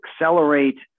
accelerate